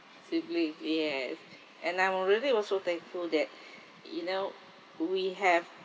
sibling yes and I'm really also thankful that you know we have